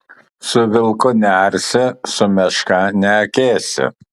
su vilku nearsi su meška neakėsi